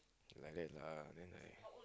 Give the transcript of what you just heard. like that lah then I